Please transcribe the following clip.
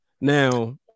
Now